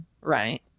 right